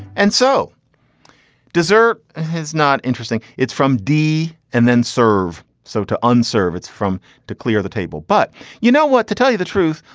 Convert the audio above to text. and so desert has not interesting it's from deep and then serve so to unserved it's from to clear the table. but you know what to tell you the truth.